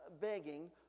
begging